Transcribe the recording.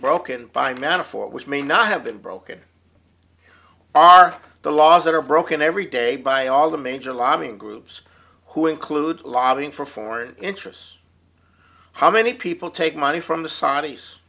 broken by metaphor which may not have been broken are the laws that are broken every day by all the major lobbying groups who include lobbying for foreign interests how many people take money from the saudis